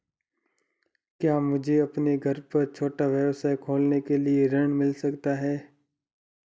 क्या मुझे अपने घर पर एक छोटा व्यवसाय खोलने के लिए ऋण मिल सकता है?